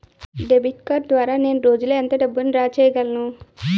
Debit card ద్వారా నేను రోజు లో ఎంత డబ్బును డ్రా చేయగలను?